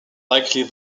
likely